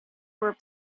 were